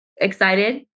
excited